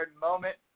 moment